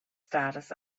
status